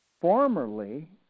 formerly